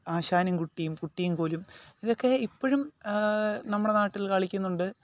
ആശാനും കുട്ടിയും കുട്ടിയും കോലും ഇതൊക്കെ ഇപ്പോഴും നമ്മുടെ നാട്ടിൽ കളിക്കുന്നുണ്ട്